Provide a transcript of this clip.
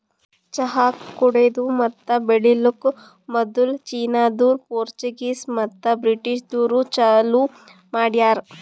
ಚಹಾ ಕುಡೆದು ಮತ್ತ ಬೆಳಿಲುಕ್ ಮದುಲ್ ಚೀನಾದೋರು, ಪೋರ್ಚುಗೀಸ್ ಮತ್ತ ಬ್ರಿಟಿಷದೂರು ಚಾಲೂ ಮಾಡ್ಯಾರ್